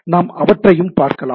நாம் அவற்றையும் பார்க்கலாம்